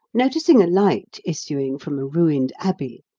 noticing a light issuing from a ruined abbey,